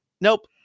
Nope